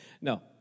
No